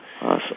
Awesome